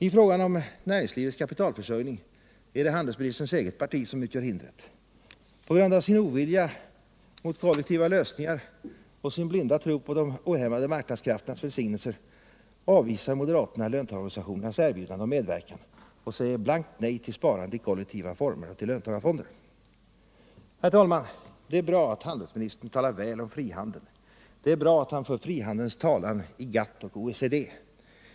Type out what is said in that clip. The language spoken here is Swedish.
I frågan om näringslivets kapitalförsörjning är det handelsministerns eget parti som utgör hindret. På grund av sin ovilja mot kollektiva lösningar och sin blinda tro på de ohämmade marknadskrafternas välsignelser avvisar moderaterna löntagarorganisationernas erbjudande om medverkan och säger blankt nej till sparande i kollektiva former och till löntagarfonder. Herr talman! Det är bra att handelsministern talar väl om frihandeln. Det är bra att han för frihandelns talan i GATT och OECD.